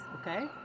okay